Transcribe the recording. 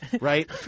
right